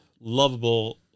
lovable